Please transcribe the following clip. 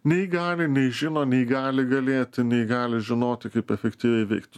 nei gali nei žino nei gali galėti nei gali žinoti kaip efektyviai veikt